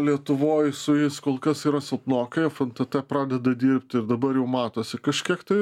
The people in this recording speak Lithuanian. lietuvoj su jais kol kas yra silpnoka fntt pradeda dirbt ir dabar jau matosi kažkiek tai